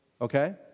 okay